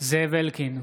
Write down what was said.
זאב אלקין,